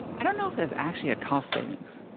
i don't know if it was actually a cost savings.